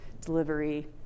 delivery